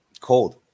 cold